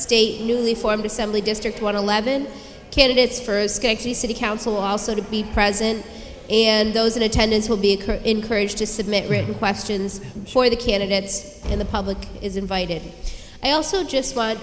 state newly formed assembly district one eleven candidates for the city council also to be present and those in attendance will be occur encouraged to submit written questions for the candidates and the public is invited i also just